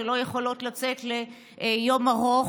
הן לא יכולות לצאת ליום ארוך.